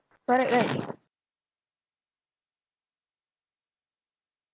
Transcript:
correct right